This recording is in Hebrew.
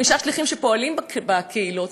חמישה שליחים שפועלים בקהילות,